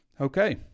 okay